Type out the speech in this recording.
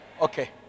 Okay